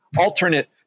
alternate